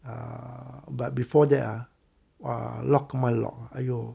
err but before that ah !wah! lok ga mai lok ah !aiyo!